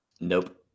nope